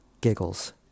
giggles